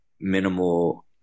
minimal